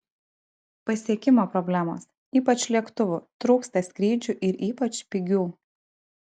pasiekimo problemos ypač lėktuvų trūksta skrydžių ir ypač pigių